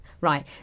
Right